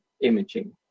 imaging